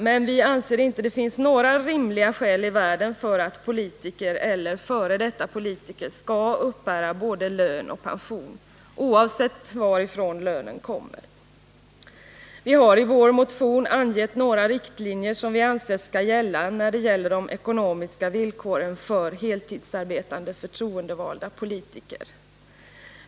Men vi anser att det inte finns några rimliga skäl i världen för att politiker eller f. d. politiker skall uppbära både lön och pension, oavsett varifrån lönen kommer. Vi har i vår motion angett några riktlinjer som vi anser skall gälla i fråga om de ekonomiska villkoren för heltidsarbetande förtroendevalda politiker.